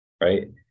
right